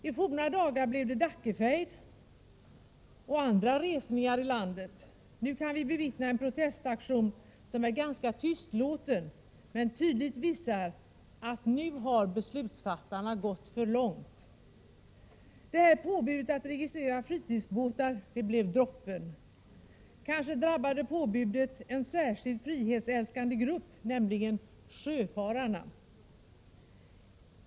I forna dagar blev det Dackefejd och andra resningar i landet, nu kan vi bevittna en protestaktion som är ganska tystlåten men tydligt visar att nu har beslutsfattarna gått för långt. Det här påbudet att registrera fritidsbåtar blev droppen. Kanske drabbade påbudet en särskilt frihetsälskande grupp, nämligen sjöfararna.